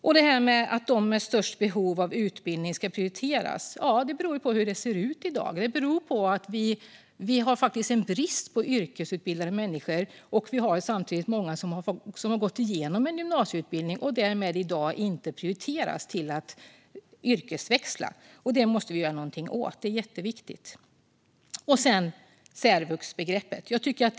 När det gäller att de med störst behov av utbildning ska prioriteras handlar det om hur det ser ut i dag. Vi har brist på yrkesutbildade människor samtidigt som många har gått igenom en gymnasieutbildning och därmed inte prioriteras för yrkesväxling. Detta måste vi göra något åt; det är jätteviktigt. Slutligen har vi särvux.